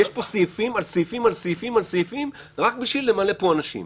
יש פה סעיפים על סעיפים על סעיפים רק בשביל למלא פה אנשים.